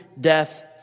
death